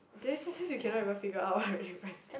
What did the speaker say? then sometimes you cannot even figure out what you writing